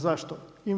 Zašto?